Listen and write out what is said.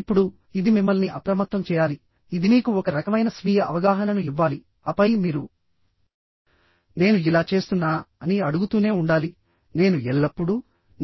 ఇప్పుడు ఇది మిమ్మల్ని అప్రమత్తం చేయాలి ఇది మీకు ఒక రకమైన స్వీయ అవగాహనను ఇవ్వాలి ఆపై మీరు నేను ఇలా చేస్తున్నానా అని అడుగుతూనే ఉండాలి నేను ఎల్లప్పుడూ